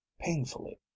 painfully